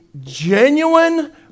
genuine